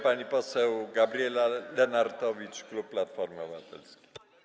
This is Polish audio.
Pani poseł Gabriela Lenartowicz, klub Platformy Obywatelskiej.